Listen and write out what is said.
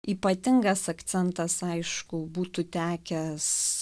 ypatingas akcentas aišku būtų tekęs